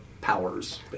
powers